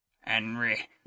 Henry